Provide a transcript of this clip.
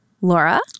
Laura